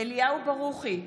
אליהו ברוכי,